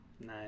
Nice